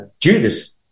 Judas